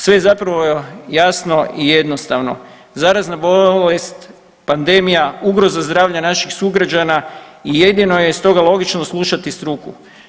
Sve je zapravo jasno i jednostavno, zarazna bolest, pandemija, ugroza zdravlja naših sugrađana i jedino je stoga logično slušati struku.